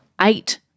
eight